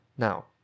Now